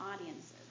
audiences